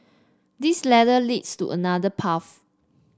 this ladder leads to another path